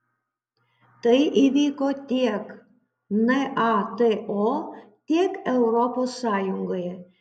tai įvyko tiek nato tiek europos sąjungoje